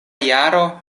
jaro